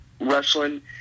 wrestling